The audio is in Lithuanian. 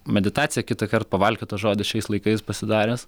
meditacija kitąkart pavalkiotas žodis šiais laikais pasidaręs